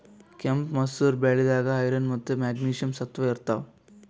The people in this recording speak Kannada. ಕೆಂಪ್ ಮಸೂರ್ ಬ್ಯಾಳಿದಾಗ್ ಐರನ್ ಮತ್ತ್ ಮೆಗ್ನೀಷಿಯಂ ಸತ್ವ ಇರ್ತವ್